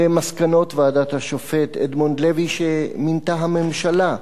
למסקנות ועדת השופט אדמונד לוי שמינתה הממשלה,